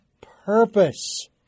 Purpose